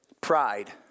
Pride